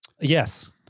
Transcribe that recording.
yes